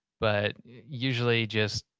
but usually just